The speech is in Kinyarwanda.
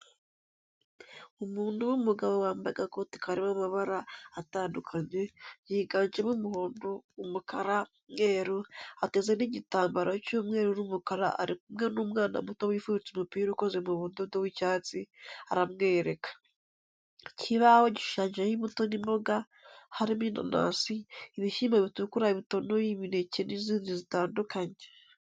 Umuntu w'umugabo wambaye agakoti karimo amabara atandukanye, yiganjemo umuhondo, umukara, umweru, ateze n'igitambaro cy'umweru n'umukara ari kumwe n'umwana muto wifubitse umupira ukoze mu budodo w'icyatsi aramwereka, ikibaho gishushanyijeho imbuto n'imboga harimo inanasi, ibishyimbo bitukura bitonoye imineke n'izindi zitandukanye.